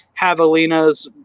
javelinas